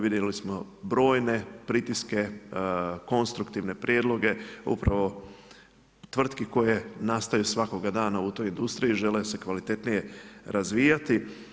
Vidjeli smo brojne pritiske, konstruktivne prijedloge upravo tvrtki koje nastaju svakoga dana u toj industriji, žele se kvalitetnije razvijati.